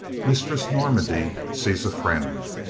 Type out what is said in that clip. mistress normandy sees a friend